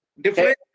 Different